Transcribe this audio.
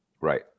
Right